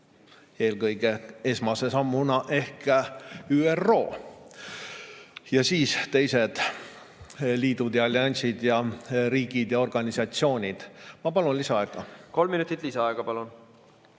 Eelkõige esmase sammuna ehk ÜRO ja siis teised liidud ja alliansid ja riigid ja organisatsioonid. Ma palun lisaaega. Kolm minutit lisaaega, palun!